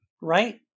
Right